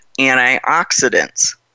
antioxidants